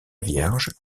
vierge